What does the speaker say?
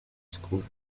oscura